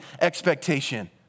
expectation